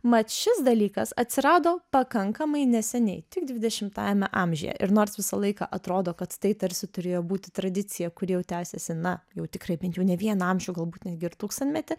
mat šis dalykas atsirado pakankamai neseniai tik dvidešimajame amžiuje ir nors visą laiką atrodo kad tai tarsi turėjo būt tradicija kuri jau tęsiasi na jau tikrai bent jau ne vieną amžių galbūt netgi ir tūkstantmetį